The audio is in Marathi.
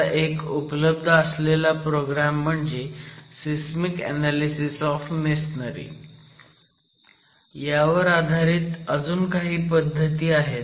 असा एक उपलब्ध असलेला प्रोग्रॅम म्हणजे सिसमिक ऍनॅलिसीस ऑफ मेसनरी यावरच आधारित अजून काही पद्धती आहेत